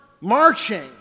marching